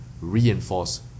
reinforce